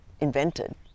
invented